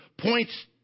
points